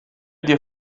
dir